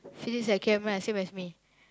physics and chem ah same as me